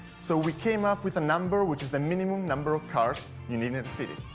so we came up with a number which is the minimum number of cars you needed to see.